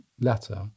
letter